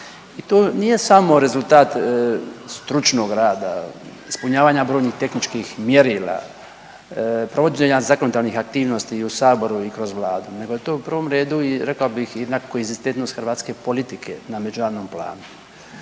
I to nije samo rezultat stručnog rada i ispunjavanja brojnih tehničkih mjerila, provođena zakonodavnih aktivnosti i u saboru i kroz Vladu nego je to u prvom redu i rekao bih i konzistentnost hrvatske politike na međunarodnom planu.